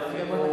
ואפילו,